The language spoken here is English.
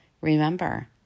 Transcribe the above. remember